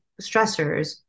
stressors